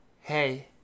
hey